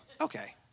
Okay